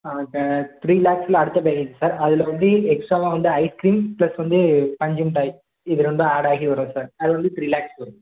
இப்போ த்ரீ லேக்ஸில் அடுத்த பேக்கேஜ் சார் அதில் வந்து எக்ஸ்ட்ராவாக வந்து ஐஸ்க்ரீம் ப்ளஸ் வந்து பஞ்சு மிட்டாய் இது ரெண்டும் ஆட் ஆகி வரும் சார் அது வந்து த்ரீ லேக்ஸ் வரும்